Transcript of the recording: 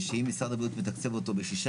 שאם משרד הבריאות מתקצב אותו בשישה